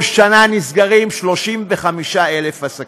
כל שנה נסגרים 35,000 עסקים,